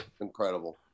Incredible